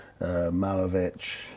Malevich